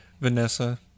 Vanessa